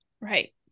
Right